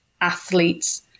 athletes